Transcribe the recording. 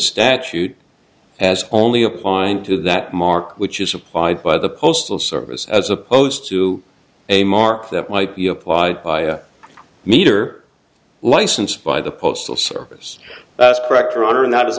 statute as only applying to that mark which is supplied by the postal service as opposed to a mark that might be applied by a meter licensed by the postal service correct or order and that is